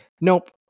Nope